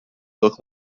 look